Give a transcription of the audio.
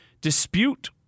dispute